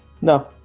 No